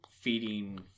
feeding